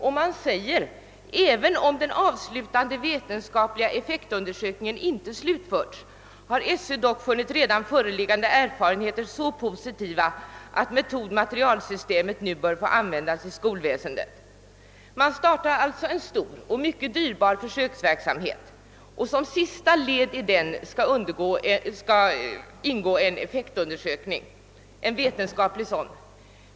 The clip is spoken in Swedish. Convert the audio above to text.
Det heter i - skolöverstyrelsens = framställning: »Även om den avslutande vetenskapliga effektundersökningen ännu inte slutförts, har Sö dock funnit redan föreliggande erfarenheter så övervägande positiva, att metod-material-systemet nu bör få användas i skolväsendet.» Man startar alltså en stor och mycket dyrbar försöksverksamhet och som sista led i den skall ingå en vetenskaplig effektundersökning.